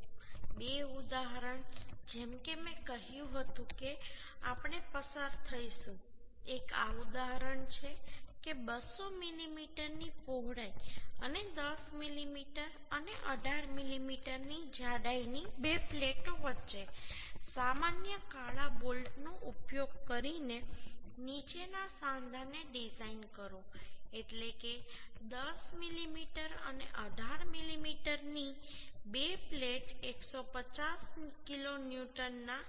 તો બે ઉદાહરણ જેમ કે મેં કહ્યું હતું કે આપણે પસાર થઈશું એક આ ઉદાહરણ છે કે 200 મીમીની પહોળાઈ અને 10 મીમી અને 18 મીમીની જાડાઈની બે પ્લેટો વચ્ચે સામાન્ય કાળા બોલ્ટનો ઉપયોગ કરીને નીચેના સાંધાને ડિઝાઇન કરો એટલે કે 10 મીમી અને 18 મીમીની બે પ્લેટ 150 કિલોન્યુટનના